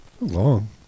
long